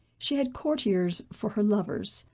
she had courtiers for her lovers,